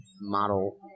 model